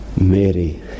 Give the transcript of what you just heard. Mary